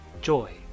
joy